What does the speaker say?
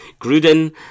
Gruden